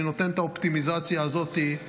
אני נותן את האופטימיזציה הזאת,